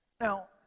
Now